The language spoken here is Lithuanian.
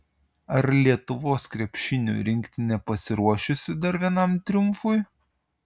ar lietuvos krepšinio rinktinė pasiruošusi dar vienam triumfui